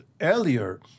earlier